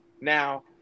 Now